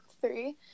three